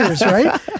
Right